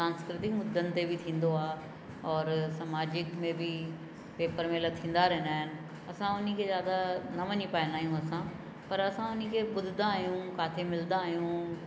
सांस्कृतिक मुदनि ते बि थींदो आहे और समाजिक में बि पेपर मेला थींदा रहंदा आहिनि असां उन खे ज़्यादाइ न वञी पाईंदा आहियूं असां पर असां उन खे ॿुधंदा आहियूं काथे मिलंदा आहियूं